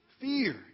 fear